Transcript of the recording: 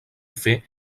fait